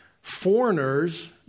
foreigners